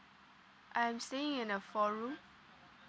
I'm staying in a four room